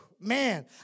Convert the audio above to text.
Man